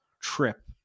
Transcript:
trip